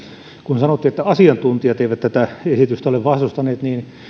kun sanotte että asiantuntijat eivät tätä esitystä ole vastustaneet niin